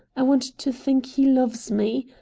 i want to think he loves me.